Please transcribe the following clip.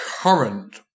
current